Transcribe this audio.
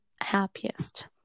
happiest